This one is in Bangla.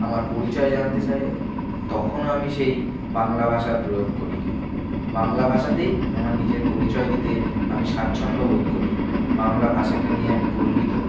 আমার পরিচয় জানতে চাইলে তখনো আমি সেই বাংলা ভাষার প্রয়োগ করি বাংলা ভাষাতেই আমার নিজের পরিচয় দিতে আমি স্বাচ্ছন্দ্য বোধ করি বাংলা ভাষাকে নিয়ে আমি গর্বিত